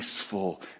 peaceful